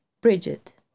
Bridget